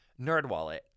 NerdWallet